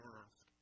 ask